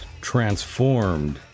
transformed